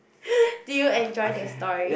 did you enjoy the story